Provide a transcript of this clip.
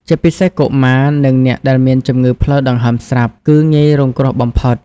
ជាពិសេសកុមារ និងអ្នកដែលមានជំងឺផ្លូវដង្ហើមស្រាប់ គឺងាយរងគ្រោះបំផុត។